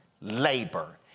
labor